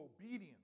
obedience